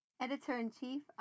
Editor-in-Chief